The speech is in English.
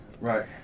Right